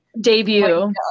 debut